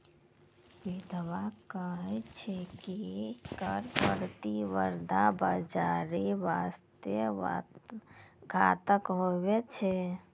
बिद्यबाने कही छै की कर प्रतिस्पर्धा बाजारो बासते घातक हुवै छै